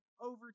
over